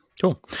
Cool